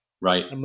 Right